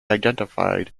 identified